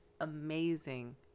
amazing